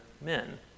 men